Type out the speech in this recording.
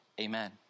amen